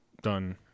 done